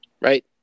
Right